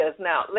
Now